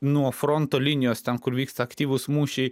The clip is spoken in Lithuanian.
nuo fronto linijos ten kur vyksta aktyvūs mūšiai